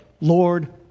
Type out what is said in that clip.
Lord